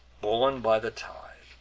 borne by the tide,